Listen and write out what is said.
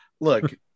look